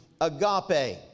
agape